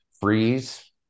freeze